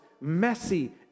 messy